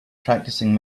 practicing